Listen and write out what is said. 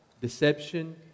deception